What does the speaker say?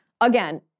again